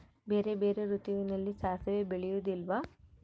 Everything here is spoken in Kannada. ಬೇರೆ ಬೇರೆ ಋತುವಿನಲ್ಲಿ ಸಾಸಿವೆ ಬೆಳೆಯುವುದಿಲ್ಲವಾ?